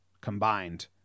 combined